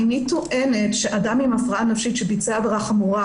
איני טוענת שאדם עם הפרעה נפשית שביצע עבירה חמורה